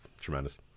tremendous